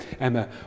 Emma